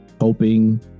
hoping